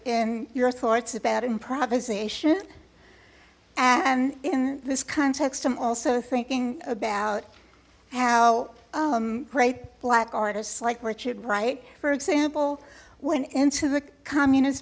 in your thoughts about improvisation and in this context i'm also thinking about how great black artists like richard wright for example went into the communist